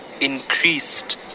increased